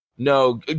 No